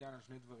ביטן על שני דברים.